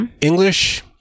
English